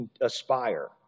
aspire